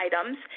items